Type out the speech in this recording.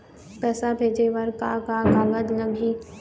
पैसा भेजे बर का का कागज लगही?